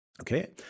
Okay